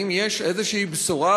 האם יש איזו בשורה?